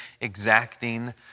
exacting